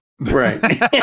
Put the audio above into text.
Right